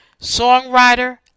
songwriter